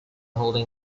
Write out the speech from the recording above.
holding